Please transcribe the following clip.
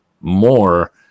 more